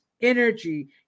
energy